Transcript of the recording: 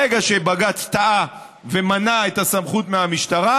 ברגע שבג"ץ טעה ומנע את הסמכות מהמשטרה,